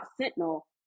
Sentinel